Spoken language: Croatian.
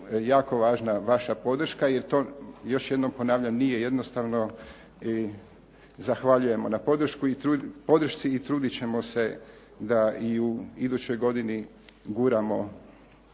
jako važna vaša podrška, jer to još jednom ponavljam nije jednostavno i zahvaljujemo na podršci i trudit ćemo se da i u idućoj godini guramo